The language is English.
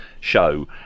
show